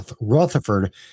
Rutherford